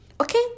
Okay